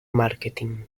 marketing